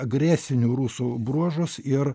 agresinių rusų bruožus ir